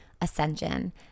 ascension